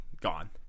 gone